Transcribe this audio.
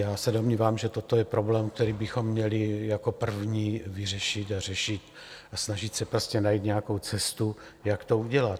Já se domnívám, že toto je problém, který bychom měli jako první vyřešit a řešit a snažit se prostě najít nějakou cestu, jak to udělat.